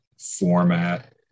format